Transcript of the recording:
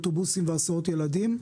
אוטובוסים והסעות ילדים.